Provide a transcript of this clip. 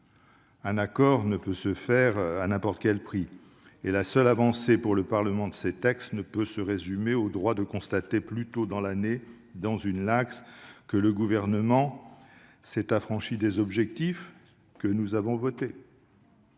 un accord ne peut se faire à n'importe quel prix, et la seule avancée pour le Parlement de ces textes ne peut se résumer au droit de constater plus tôt dans l'année, dans une Lacss, que le Gouvernement s'est affranchi des objectifs fixés par le